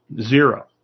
zero